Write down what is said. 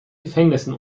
gefängnissen